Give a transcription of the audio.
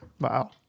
Wow